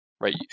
right